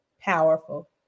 Powerful